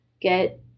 get